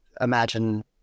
imagine